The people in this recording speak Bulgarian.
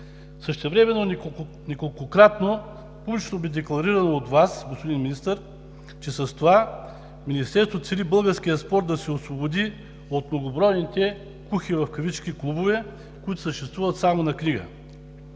Същевременно неколкократно публично бе декларирано от Вас, господин Министър, че с това Министерството цели българският спорт да се освободи от многобройните кухи в кавички клубове, които съществуват само на книга.